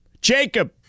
Jacob